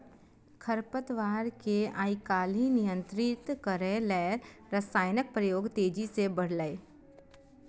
खरपतवार कें आइकाल्हि नियंत्रित करै लेल रसायनक प्रयोग तेजी सं बढ़लैए